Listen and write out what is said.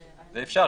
אפשר.